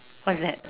what's that